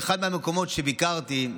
באחד המקומות שביקרתי,